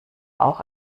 auch